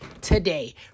today